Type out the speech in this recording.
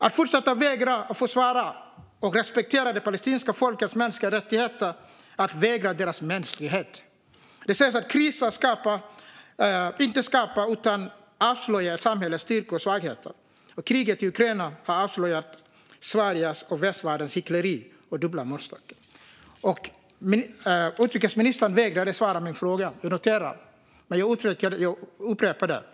Att fortsätta vägra försvara och respektera det palestinska folkets mänskliga rättigheter är att förneka deras mänsklighet. Det sägs att kriser inte skapar utan avslöjar samhällets styrkor och svagheter, och kriget i Ukraina har avslöjat Sveriges och västvärldens hyckleri och dubbla måttstockar. Utrikesministern vägrade svara på min fråga. Jag noterar det. Jag upprepar den.